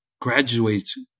graduates